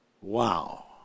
Wow